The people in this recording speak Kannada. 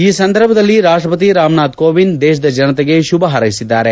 ಈ ಸಂದರ್ಭದಲ್ಲಿ ರಾಷ್ಟಪತಿ ರಾಮನಾಥ್ ಕೋವಿಂದ್ ದೇಶದ ಜನತೆಗೆ ಶುಭ ಹಾರೈಸಿದ್ದಾರೆ